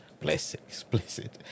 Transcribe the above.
explicit